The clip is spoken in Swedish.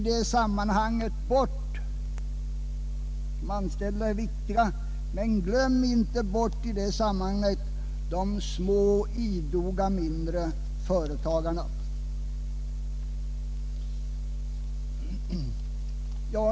De anställda är viktiga, men glöm i detta sammanhang inte bort de små, idoga, mindre företagarna!